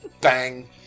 Bang